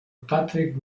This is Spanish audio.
patrick